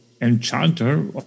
enchanter